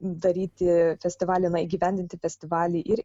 daryti festivalį na įgyvendinti festivalį ir